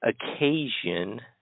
occasion